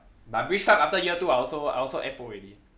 but I'm pretty sure after year two I also I also F_O already